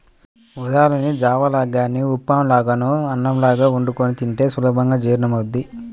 ఊదల్ని జావ లాగా గానీ ఉప్మా లాగానో అన్నంలాగో వండుకొని తింటే సులభంగా జీర్ణమవ్వుద్ది